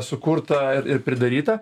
sukurta ir ir pridaryta